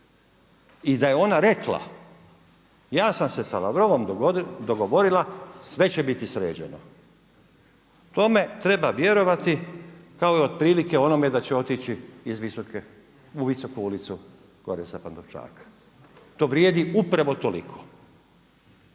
I da je ona rekla ja sam se sa Lavrovom dogovorila sve će biti sređeno, tome treba vjerovati kao i otprilike ono da će otići u Visoke ulicu, gore sa Pantovčaka. To vrijedi upravo toliko.